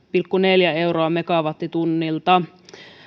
pilkku neljäkymmentä euroa megawattitunnilta